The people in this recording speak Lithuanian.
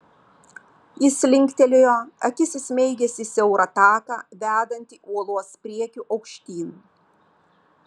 jis linktelėjo akis įsmeigęs į siaurą taką vedantį uolos priekiu aukštyn